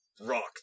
rock